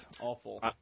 Awful